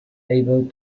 able